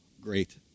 great